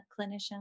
clinician